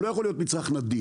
הוא לא יכול להיות מצרך נדיר.